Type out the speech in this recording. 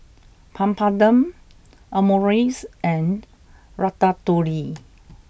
Papadum Omurice and Ratatouille